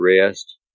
rest